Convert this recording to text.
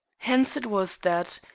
hence it was that,